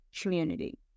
community